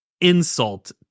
insult